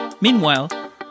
meanwhile